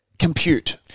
Compute